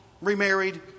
remarried